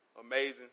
amazing